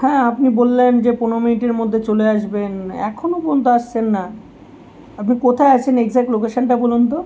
হ্যাঁ আপনি বললেন যে পনেরো মিনিটের মধ্যে চলে আসবেন এখনো পর্যন্ত আসছেন না আপনি কোথায় আছেন একজ্যাক্ট লোকেশানটা বলুন তো